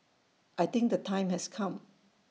I think the time has come